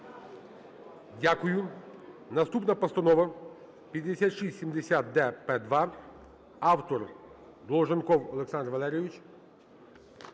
Дякую. Наступна постанова - 5670-д-П2 (автор – Долженков Олександр Валерійович).